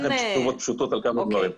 אני אתן לכם תשובות פשוטות על כמה דברים.